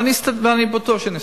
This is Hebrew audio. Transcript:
ואני בטוח שנסתדר.